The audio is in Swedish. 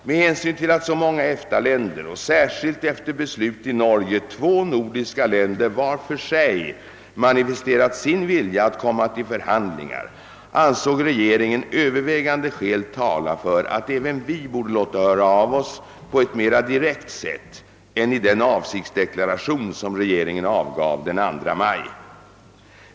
Med hänsyn till att så många EFTA länder och särskilt — efter beslut i Norge — två nordiska länder var för sig manifesterat sin vilja att komma till förhandlingar ansåg regeringen övervägande skäl tala för att även vi borde låta höra av oss på ett mera direkt sätt än i den avsiktsdeklaration som regeringen avgav den 2 maj.